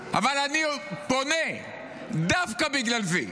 אבל אני פונה דווקא בגלל זה,